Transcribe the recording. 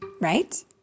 right